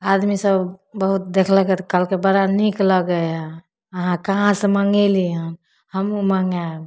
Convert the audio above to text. आदमीसभ बहुत देखलकै तऽ कहलकै बड़ा नीक लगै यऽ अहाँ कहाँसँ मँगेली हँ हमहूँ मँगाएब